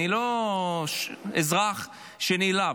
אני לא אזרח שנעלב,